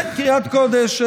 כן, קריית קודש.